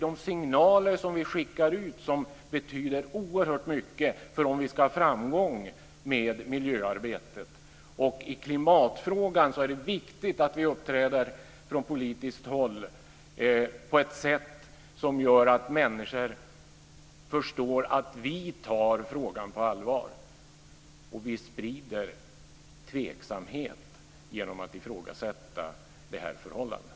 De signaler som vi skickar ut betyder oerhört mycket för om vi ska ha framgång med miljöarbetet. I klimatfrågan är det viktigt att vi från politiskt håll uppträder på ett sätt som gör att människor förstår att vi tar frågan på allvar. Vi sprider tveksamhet genom att ifrågasätta det här förhållandet.